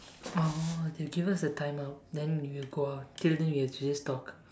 oh they give us a timer then you go out till then you have to just talk